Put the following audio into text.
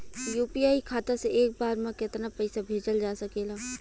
UPI खाता से एक बार म केतना पईसा भेजल जा सकेला?